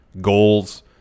Goals